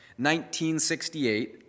1968